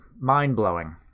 mind-blowing